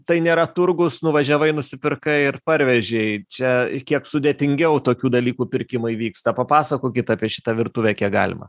tai nėra turgus nuvažiavai nusipirkai ir parvežei čia kiek sudėtingiau tokių dalykų pirkimai vyksta papasakokit apie šitą virtuvę kiek galima